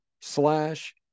slash